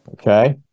Okay